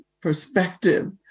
perspective